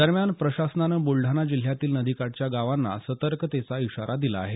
दरम्यान प्रशासनानं बुलडाणा जिल्ह्यातील नदीकाठच्या गावांना सतर्कतेचा ईशारा दिला आले